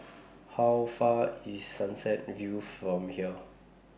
How Far IS Sunset View from here